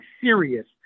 serious